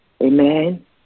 Amen